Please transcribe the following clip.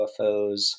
UFOs